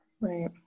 Right